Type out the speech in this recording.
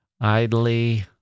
idly